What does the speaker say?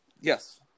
Yes